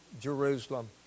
Jerusalem